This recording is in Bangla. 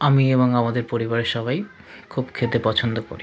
আমি এবং আমাদের পরিবারের সবাই খুব খেতে পছন্দ করি